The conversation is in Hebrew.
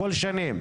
הכול שנים.